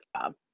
job